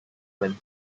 when